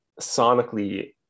sonically